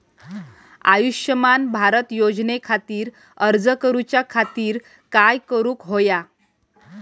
आयुष्यमान भारत योजने खातिर अर्ज करूच्या खातिर काय करुक होया?